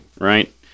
right